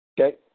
Okay